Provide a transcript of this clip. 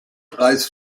preis